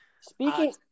Speaking